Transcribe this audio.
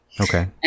okay